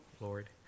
Lord